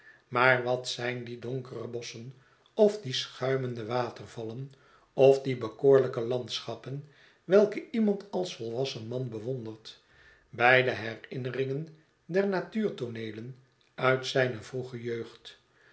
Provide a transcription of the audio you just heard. maar wat zijn die donkere bosschen of die schuimende watervallen of die bekoorlijke landschappen welke iemand als volwassen man bewondert bij de herinneringen der natuurtooneelen uit zijne vroege jeugd